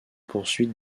poursuite